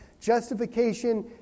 Justification